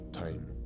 time